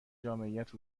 جامعیت